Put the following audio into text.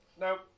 Nope